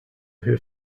her